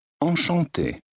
Enchanté